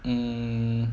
mm